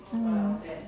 mm